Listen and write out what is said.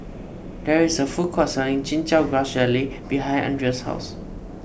there is a food court selling Chin Chow Grass Jelly behind Andreas' house